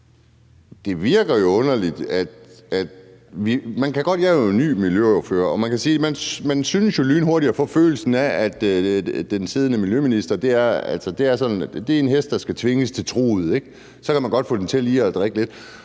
der virker underligt. Jeg er ny miljøordfører, og man synes jo, at man lynhurtigt får følelsen af, at den siddende miljøminister er som en hest, der skal tvinges til truget, og så kan man godt få den til lige at drikke lidt.